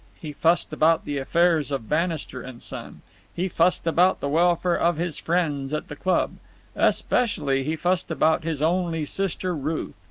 he fussed about the affairs of bannister and son he fussed about the welfare of his friends at the club especially, he fussed about his only sister ruth.